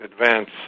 advance